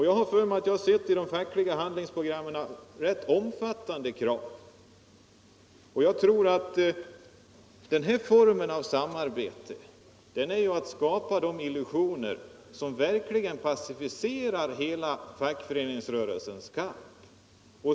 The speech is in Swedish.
Jag har för mig att jag i de fackliga handlingsprogrammen har sett ett långtgående krav. Jag tror att den här formen av samarbete skapar illusioner som pacificerar hela fackföreningsrörelsens kamp.